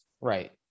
Right